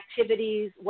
activities